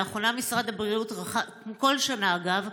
לאחרונה משרד הבריאות, כמו בכל שנה, אגב,